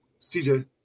CJ